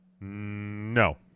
No